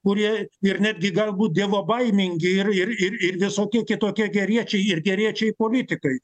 kurie ir netgi galbūt dievobaimingi ir ir ir ir visokie kitokie geriečiai ir geriečiai politikai